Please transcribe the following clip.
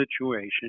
situation